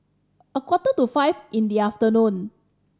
a quarter to five in the afternoon